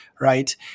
right